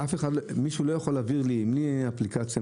מישהו לא יכול להעביר בלי אפליקציה